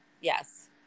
Yes